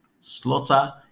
slaughter